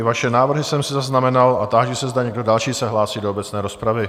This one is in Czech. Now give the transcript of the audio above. I vaše návrhy jsem si zaznamenal a táži se, zda někdo další se hlásí do obecné rozpravy?